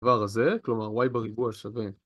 דבר הזה, כלומר y בריבוע שווה